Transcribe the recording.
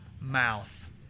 mouth